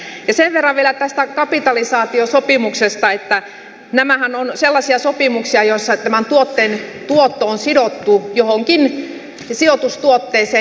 sen verran vielä tästä kapitalisaatiosopimuksesta että nämähän ovat sellaisia sopimuksia joissa tuotteen tuotto on sidottu johonkin sijoitustuotteeseen